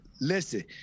Listen